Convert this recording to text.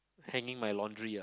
hanging my laundry